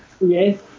Yes